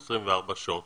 24 שעות,